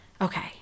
okay